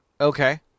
okay